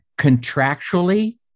Contractually